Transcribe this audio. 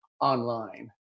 online